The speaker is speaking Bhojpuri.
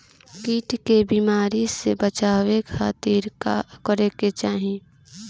कीट के बीमारी से बचाव के खातिर का करे के चाही?